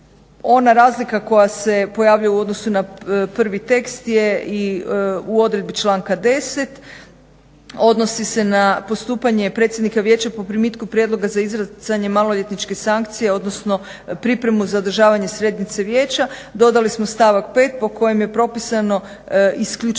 Ona razlika koja se pojavljuje u odnosu na prvi tekst je i u odredbi članka 10.odnosi se na postupanje predsjednika vijeća po primitku prijedloga za izricanje maloljetničke sankcije odnosno pripremu za održavanje srednice vijeća, dodali smo stavak 5.po kojem je propisano isključenje